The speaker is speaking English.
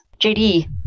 jd